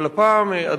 אבל הפעם,